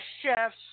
chefs